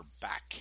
back